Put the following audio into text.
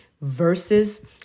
versus